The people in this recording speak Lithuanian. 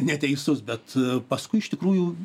neteisus bet paskui iš tikrųjų